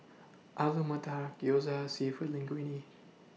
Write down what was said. Alu Matar Gyoza Seafood Linguine